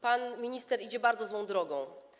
Pan minister idzie bardzo złą drogą.